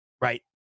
right